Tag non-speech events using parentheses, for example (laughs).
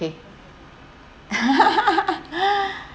okay (laughs)